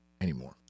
anymore